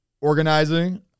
Organizing